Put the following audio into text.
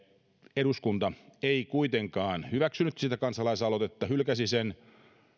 eduskunta ei kuitenkaan hyväksynyt sitä kansalaisaloitetta hylkäsi sen